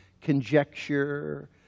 conjecture